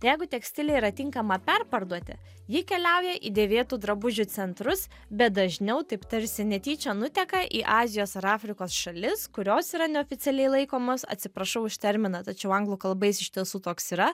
jeigu tekstilė yra tinkama perparduoti ji keliauja į dėvėtų drabužių centrus bet dažniau taip tarsi netyčia nuteka į azijos ar afrikos šalis kurios yra neoficialiai laikomos atsiprašau už terminą tačiau anglų kalba jis iš tiesų toks yra